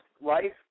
life